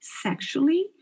sexually